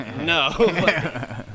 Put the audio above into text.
No